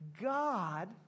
God